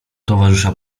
towarzysza